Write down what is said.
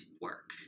work